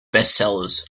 bestsellers